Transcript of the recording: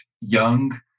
young